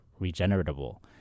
regeneratable